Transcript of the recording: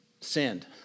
sinned